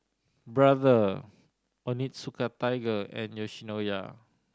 Brother Onitsuka Tiger and Yoshinoya